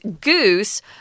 goose